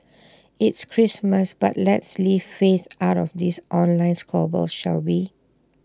it's Christmas but let's leave faith out of this online squabble shall we